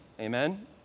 amen